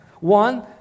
One